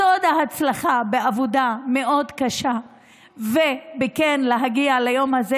סוד ההצלחה בעבודה מאוד קשה ובלהגיע ליום הזה